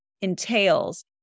entails